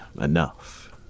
enough